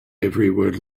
everyone